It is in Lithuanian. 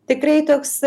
tikrai toks